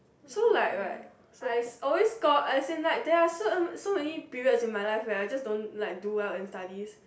so like right I always score as in like there are so so many periods in my life where is just don't like do well in studies